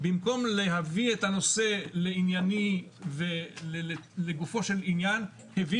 במקום להביא את הנושא לגופו של עניין הביא